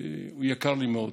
הוא יקר לי מאוד.